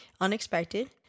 unexpected